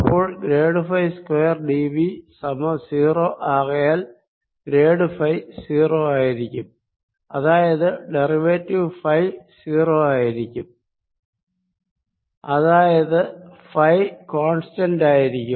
അപ്പോൾ grade phi square d V സമം 0 ആകയാൽ ഗ്രേഡ് ഫൈ 0 ആയിരിക്കും അതായത് ഡെറിവേറ്റീവ് ഫൈ 0 ആയിരിക്കും അതായത് ഫൈ കോൺസ്റ്റന്റ് ആയിരിക്കും